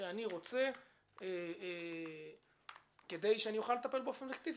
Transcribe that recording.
שאני רוצה כדי שאוכל לטפל באופן אקטיבי?